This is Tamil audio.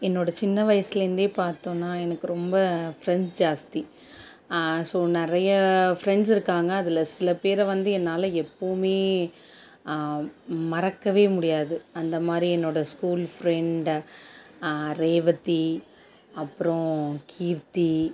என்னோட சின்ன வயசுலேருந்தே பார்த்தோம்னா எனக்கு ரொம்ப ஃப்ரெண்ட்ஸ் ஜாஸ்தி ஸோ நிறையா ஃப்ரெண்ட்ஸ் இருக்காங்கள் அதில் சில பேரை வந்து என்னால் எப்போவுமே மறக்கவே முடியாது அந்தமாதிரி என்னோடய ஸ்கூல் ஃப்ரெண்ட்ட ரேவதி அப்புறம் கீர்த்தி